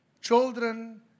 Children